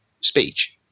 speech